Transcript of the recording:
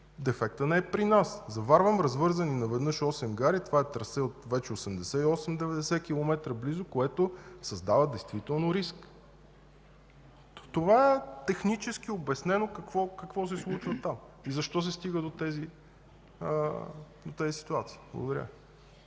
Дефектът не е при нас. Заварвам развързани наведнъж осем гари, това е трасе вече от близо 88-90 км, което действително създава риск. Това е технически обяснено какво се случва там и защо се стига до тези ситуации. Благодаря